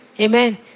Amen